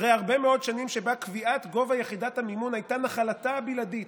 אחרי הרבה מאוד שנים שבהן קביעת גובה יחידת המימון הייתה נחלתה הבלעדית